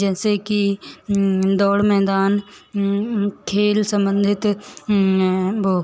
जैसे कि दौड़ मैदान खेल संबंधित वो